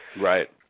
Right